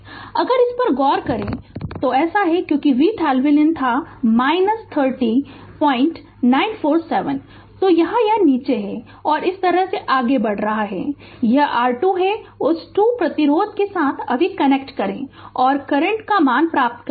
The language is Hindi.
Refer Slide Time 2420 अगर इस पर गौर करें तो ऐसा है क्योंकि VThevenin था 30947 तो यह यहाँ नीचे है और यह इस तरह से आगे बढ़ रहा है और यह R2 है उस 2 प्रतिरोध के साथ अभी कनेक्ट करें और करंट का मान प्राप्त करेगा